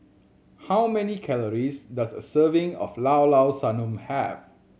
how many calories does a serving of Llao Llao Sanum have